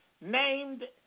named